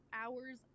hours